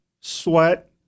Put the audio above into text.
sweat